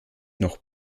noch